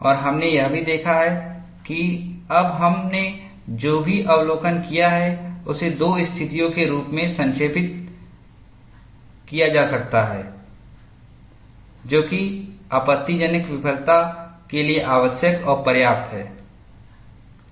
और हमने यह भी देखा है कि अब हमने जो भी अवलोकन किया है उसे दो स्थितियों के रूप में संक्षेपित किया जा सकता है जो कि आपत्तिजनक विफलता के लिए आवश्यक और पर्याप्त हैं